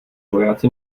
vojáci